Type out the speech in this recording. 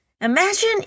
Imagine